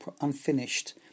unfinished